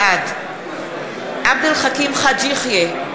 בעד עבד אל חכים חאג' יחיא,